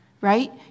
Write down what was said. right